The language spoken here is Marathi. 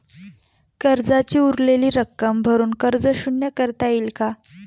कर्जाची उरलेली रक्कम भरून कर्ज शून्य करता येईल का?